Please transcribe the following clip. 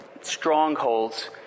strongholds